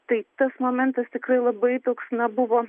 tai tas momentas tikrai labai toks na buvo